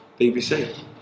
BBC